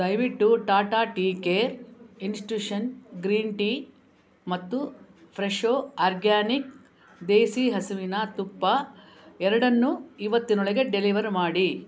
ದಯವಿಟ್ಟು Tata tea care infusion green tea ಮತ್ತು Fresho organic ದೇಸೀ ಹಸುವಿನ ತುಪ್ಪ ಎರಡನ್ನು ಇವತ್ತಿನೊಳಗೆ ಡೆಲಿವರ್ ಮಾಡಿ